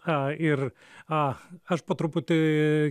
ką ir a aš po truputį